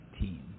team